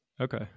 Okay